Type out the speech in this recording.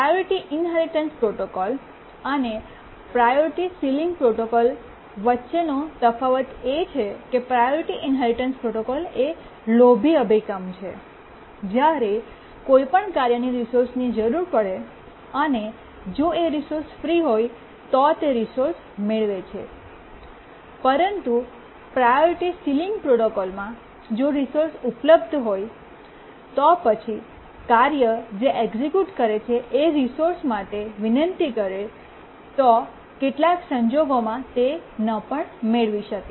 priority inheritance protocol અને priority ceiling protocol વચ્ચેનો તફાવત એ છે કે પ્રાયોરિટી ઇન્હેરિટન્સ પ્રોટોકોલ એ લોભી અભિગમ છે જ્યારે પણ કોઈ કાર્યને રિસોર્સની જરૂર પડે અને જો એ રિસોર્સ ફ્રી હોય તો તે રિસોર્સ મેળવે છે પરંતુ પ્રાયોરિટી સીલીંગ પ્રોટોકોલમાં જો રિસોર્સ ઉપલબ્ધ હોય તો પછી કાર્ય જે એક્સિક્યૂટ કરે છે એ રિસોર્સ માટે વિનંતી કરે તો કેટલાક સંજોગોમાં તે ન પણ મેળવી શકે